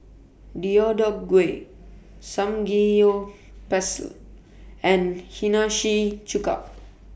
Deodeok Gui Samgyeopsal and Hiyashi Chuka